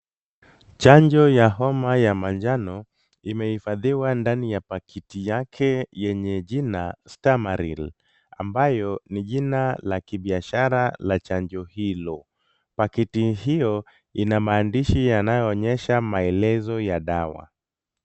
Chanjo ya homa ya manjano, imehifadhiwa ndani ya pakiti yake yenye jina Stamaril, ambayo ni jina la kibiashara la chanjo hilo. Pakiti hiyo ina maandishi yanayoonyesha maelezo ya dawa.